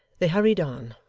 they hurried on,